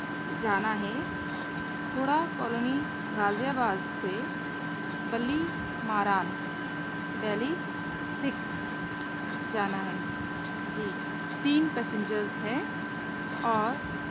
جانا ہے Khora colony Ghaziabad سے بلی ماران ڈلہی سکس جانا ہے جی تین پیسنجرز ہیں اور